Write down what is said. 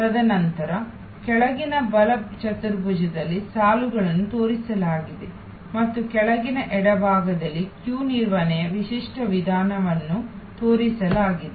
ತದನಂತರ ಕೆಳಗಿನ ಬಲ ಚತುರ್ಭುಜದಲ್ಲಿ ಸಾಲುಗಳನ್ನು ತೋರಿಸಲಾಗಿದೆ ಮತ್ತು ಕೆಳಗಿನ ಎಡಭಾಗದಲ್ಲಿ ಸರದಿ ನಿರ್ವಹಣೆಯ ವಿಶಿಷ್ಟ ವಿಧಾನವನ್ನು ತೋರಿಸಲಾಗಿದೆ